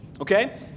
Okay